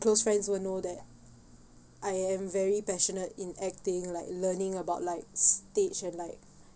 close friends will know that I am very passionate in acting like learning about like stage and like